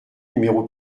numéro